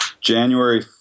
January